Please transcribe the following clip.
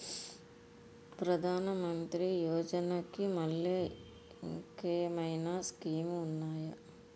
ప్రధాన మంత్రి యోజన కి మల్లె ఇంకేమైనా స్కీమ్స్ ఉన్నాయా?